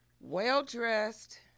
well-dressed